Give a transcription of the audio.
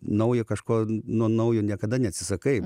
naujo kažko no naujo niekada neatsisakai